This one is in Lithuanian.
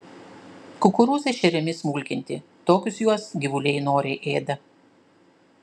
kukurūzai šeriami smulkinti tokius juos gyvuliai noriai ėda